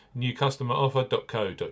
newcustomeroffer.co.uk